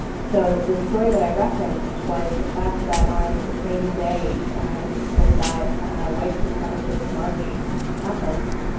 so the story that i referenced was the fact that on the same day um that that ah white supremacist march happened,